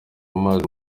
amazi